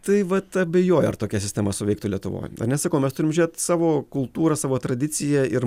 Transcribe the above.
tai vat abejoju ar tokia sistema suveiktų lietuvoj na nes sakau mes turim žiūrėt savo kultūrą savo tradiciją ir